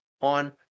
on